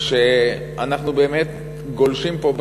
שאנחנו באמת גולשים פה,